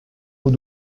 nous